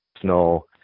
Snow